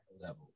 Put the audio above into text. level